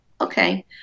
okay